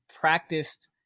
practiced